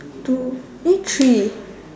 two eh three